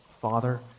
Father